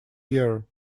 year